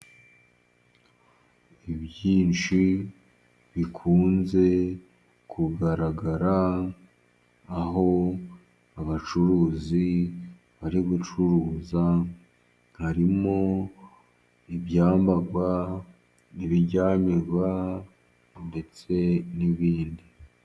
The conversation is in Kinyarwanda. Ibyinshi bikunze kugaragara aho abacuruzi bari gucuruza, harimo ibyambarwa, ibiryamirwa, ndetse n'ibindi.